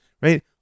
Right